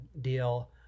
deal